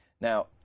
Now